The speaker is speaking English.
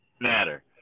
matter